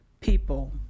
people